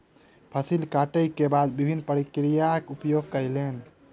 फसिल कटै के बाद विभिन्न प्रक्रियाक उपयोग कयलैन